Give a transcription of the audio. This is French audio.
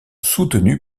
soutenus